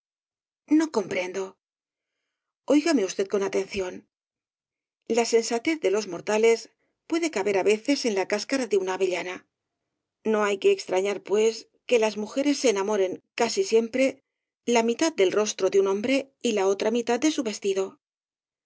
no comprendo óigame usted con atención la sensatez de los mortales puede caber á veces en la cascara de una avellana no hay que extrañar pues que las mujeres se enamoren casi siempre la mitad del rostro de un hombre y la otra mitad de su vestido